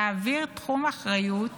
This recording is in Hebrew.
להעביר תחום אחריות